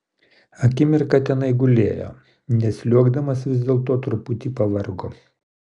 akimirką tenai gulėjo nes sliuogdamas vis dėlto truputį pavargo